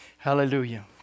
Hallelujah